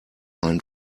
ein